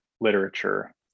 literature